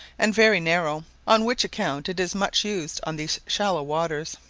and very narrow, on which account it is much used on these shallow waters.